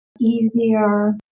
easier